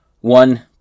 One